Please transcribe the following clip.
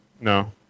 no